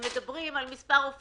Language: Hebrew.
הם מדברים על מספר הופעות,